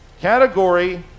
category